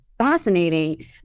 fascinating